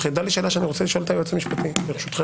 זה דבר שצריך להתייחס אליו בכובד ראש כמו על חוק יסוד,